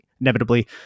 inevitably